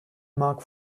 mark